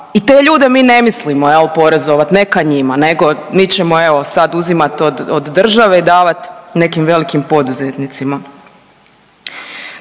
I te ljude mi ne mislimo jel porezovat neka njima, nego mi ćemo evo sad uzimati od države i davat nekim velikim poduzetnicima.